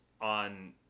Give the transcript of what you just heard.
on